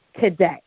today